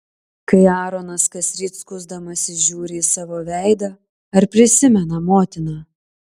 kai aaronas kasryt skusdamasis žiūri į savo veidą ar prisimena motiną